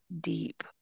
deep